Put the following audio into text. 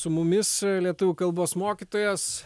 su mumis lietuvių kalbos mokytojas